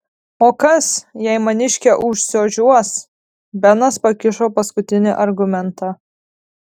o kas jei maniškė užsiožiuos benas pakišo paskutinį argumentą